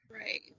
Right